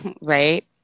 right